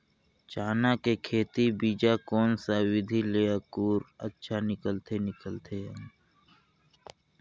चाना के बीजा कोन सा विधि ले अंकुर अच्छा निकलथे निकलथे